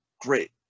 great